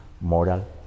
moral